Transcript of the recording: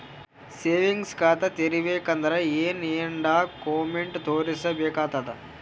Savings ಖಾತಾ ತೇರಿಬೇಕಂದರ ಏನ್ ಏನ್ಡಾ ಕೊಮೆಂಟ ತೋರಿಸ ಬೇಕಾತದ?